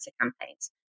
campaigns